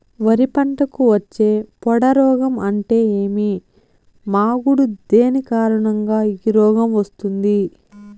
వరి పంటకు వచ్చే పొడ రోగం అంటే ఏమి? మాగుడు దేని కారణంగా ఈ రోగం వస్తుంది?